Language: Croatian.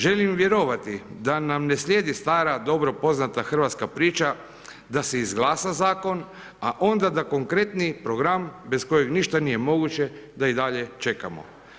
Želim vjerovati da nam ne slijedi stara dobro poznata hrvatska priča, da se izglasa zakon, a onda da konkretni program bez kojeg ništa nije moguće da i dalje čekamo.